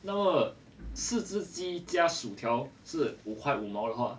那么四只鸡加薯条是五块五毛的话 err